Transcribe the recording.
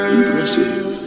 Impressive